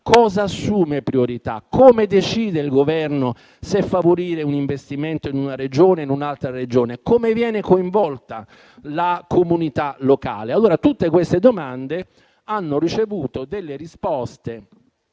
Cosa assume priorità? Come decide il Governo se favorire un investimento in una Regione o in un'altra? Come viene coinvolta la comunità locale? Tutte queste domande hanno ricevuto risposte